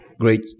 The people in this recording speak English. great